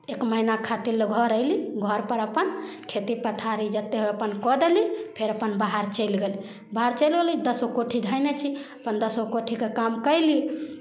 एक महिना खातिर लऽ घर अएली घरपर अपन खेती पथारी जतेक हइ अपन कऽ देली फेर अपन बाहर चलि गेली बाहर चलि गेली दसो कोठी धेने छी अपन दसो कोठीके काम कएली